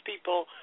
people